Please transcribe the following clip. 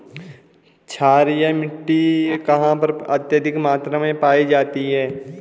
क्षारीय मिट्टी कहां पर अत्यधिक मात्रा में पाई जाती है?